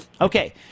Okay